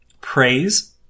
praise